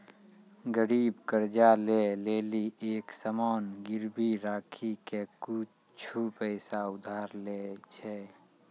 गरीब कर्जा ले लेली एक सामान गिरबी राखी के कुछु पैसा उधार लै छै